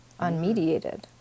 unmediated